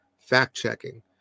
fact-checking